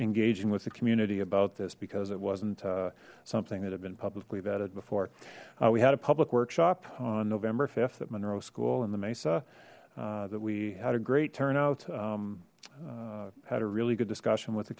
engaging with the community about this because it wasn't something that had been publicly that it before we had a public workshop on november th at monroe school and the mesa that we had a great turnout had a really good discussion with the